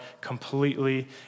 completely